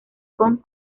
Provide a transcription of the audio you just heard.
con